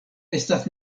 estas